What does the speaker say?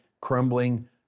crumbling